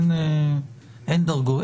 אין דרגות.